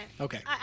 Okay